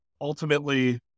ultimately